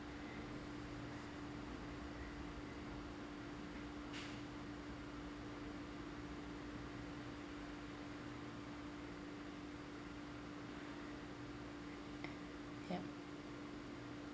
yup